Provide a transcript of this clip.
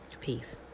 peace